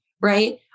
Right